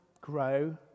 grow